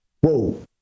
whoa